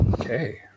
Okay